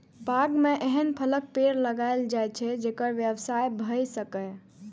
बाग मे एहन फलक पेड़ लगाएल जाए छै, जेकर व्यवसाय भए सकय